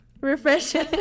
refreshing